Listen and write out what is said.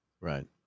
right